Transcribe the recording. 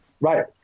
Right